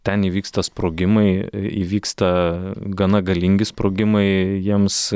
ten įvyksta sprogimai įvyksta gana galingi sprogimai jiems